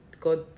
god